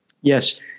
Yes